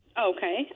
Okay